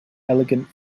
elegant